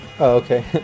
okay